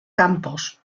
campos